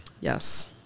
Yes